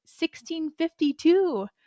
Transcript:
1652